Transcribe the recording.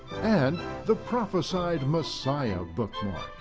and the prophesied messiah bookmark.